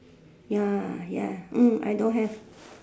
ya ya mm I don't have